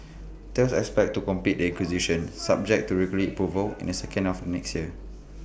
Thales expects to complete the acquisition subject to regulatory approval in the second half of next year